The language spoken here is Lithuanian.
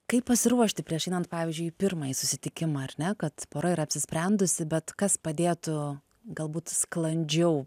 kaip pasiruošti prieš einant pavyzdžiui į pirmąjį susitikimą ar ne kad pora yra apsisprendusi bet kas padėtų galbūt sklandžiau